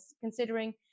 considering